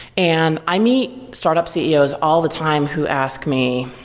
and i meet startup ceos all the time who asked me,